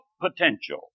potential